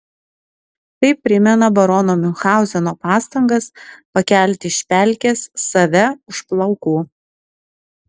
tai primena barono miunchauzeno pastangas pakelti iš pelkės save už plaukų